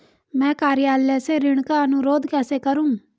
मैं कार्यालय से ऋण का अनुरोध कैसे करूँ?